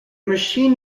machine